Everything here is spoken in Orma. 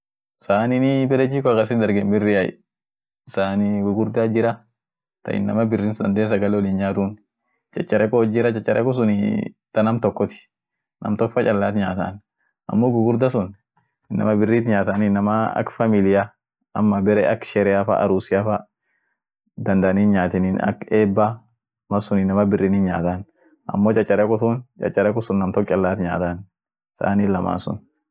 Woni sunii kashin sagalean daabeten sun, biriai, kasiimaat jira iyoo ka akumkanaan daabeent jirai. shhapolen sun kaa ibidum kawaidaakaan jira ka garia iyo ka stovua kaant jira. duum tokiit jirai ka stimaan daaben, ka stimaa sun bare isant daabeent jira, bare kas daaben akasiit jirai desain, amo iskuun ibidum koraanikaant iyo gas sun irdaabenie. won biri hinkabu.